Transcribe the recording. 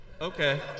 Okay